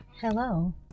hello